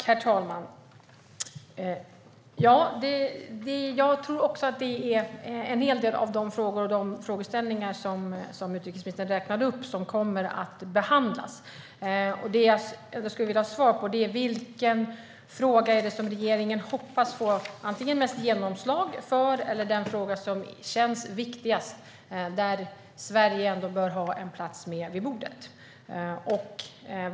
Herr talman! Jag tror också att en hel del av de frågor som utrikesministern räknade upp kommer att behandlas. Jag skulle vilja ha svar på vilken fråga regeringen hoppas få mest genomslag för eller som känns viktigast där Sverige ändå bör ha en plats vid bordet.